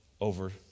over